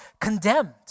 condemned